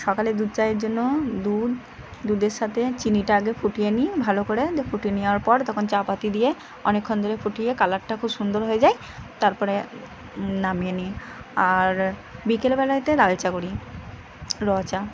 সকালে দুধ চায়ের জন্য দুধ দুধের সাথে চিনিটা আগে ফুটিয়ে নিয়ে ভালো করে দিয়ে ফুটিয়ে নেওয়ার পর তখন চা পাতি দিয়ে অনেকক্ষণ ধরে ফুটিয়ে কালারটা খুব সুন্দর হয়ে যায় তারপরে নামিয়ে নিই আর বিকেলবেলায়তে লাল চা করি র চা